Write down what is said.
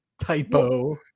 Typo